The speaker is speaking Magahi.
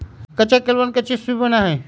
कच्चा केलवन के चिप्स भी बना हई